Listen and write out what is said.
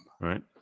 Right